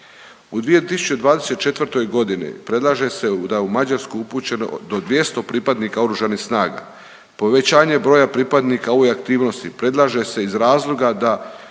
U 2024. g. predlaže se da u Mađarsku upućeno do 200 pripadnika OSRH, povećanje broja pripadnika ove aktivnosti predlaže se iz razloga da